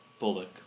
Bullock